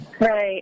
Right